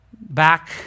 Back